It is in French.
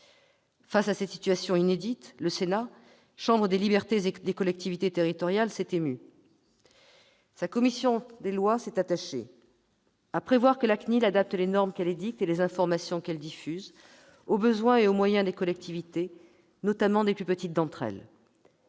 Face à cette situation inédite, le Sénat, chambre des libertés et des collectivités territoriales, s'est ému. Sa commission des lois s'est attachée à prévoir que la CNIL adapte les normes qu'elle édicte et les informations qu'elle diffuse aux besoins et aux moyens des collectivités, notamment des plus petites d'entre elles,